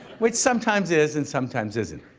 which sometimes is and sometimes isn't.